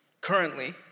Currently